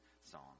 song